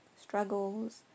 struggles